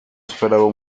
esperaba